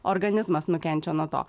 organizmas nukenčia nuo to